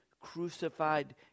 crucified